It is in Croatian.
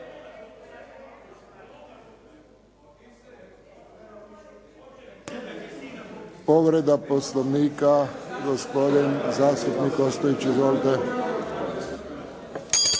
Povreda Poslovnika gospodin zastupnik Ostojić. Izvolite.